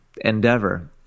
endeavor